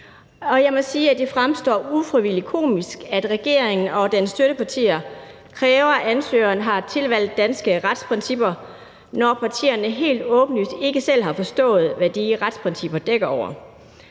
Jeg må sige, at det fremstår ufrivilligt komisk, at regeringen og dens udlændingepolitiske støttepartier kræver, at ansøgeren har tilvalgt danske retsprincipper, når partierne helt åbenlyst ikke selv har forstået, hvad de retsprincipper dækker over.